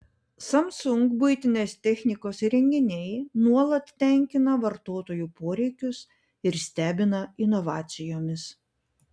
samsung buitinės technikos įrenginiai nuolat tenkina vartotojų poreikius ir stebina inovacijomis